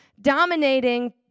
dominating